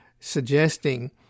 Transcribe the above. suggesting